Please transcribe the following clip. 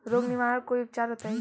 रोग निवारन कोई उपचार बताई?